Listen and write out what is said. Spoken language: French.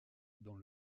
dans